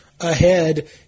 ahead